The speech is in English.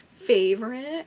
favorite